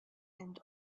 and